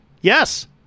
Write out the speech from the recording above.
Yes